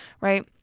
right